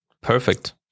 perfect